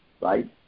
right